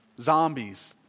zombies